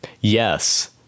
Yes